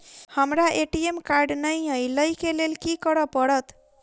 हमरा ATM card नै अई लई केँ लेल की करऽ पड़त?